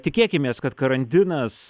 tikėkimės kad karantinas